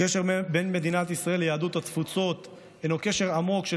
הקשר בין מדינת ישראל ליהדות התפוצות הינו קשר עמוק של